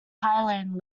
highland